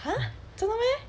!huh! 真的 meh